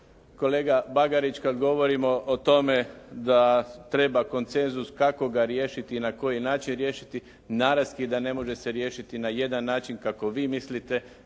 kolega Bagarić kad govorimo o tome da treba koncenzus kako ga riješiti i na koji način riješiti naravski da ne može se riješiti na jedan način kako vi mislite